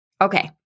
Okay